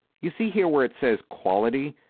you see here where it says quality,